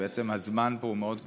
ובעצם הזמן פה הוא מאוד קריטי.